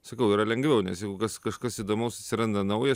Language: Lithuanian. sakau yra lengviau nes jeigu kas kažkas įdomaus atsiranda naujas